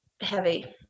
heavy